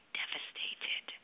devastated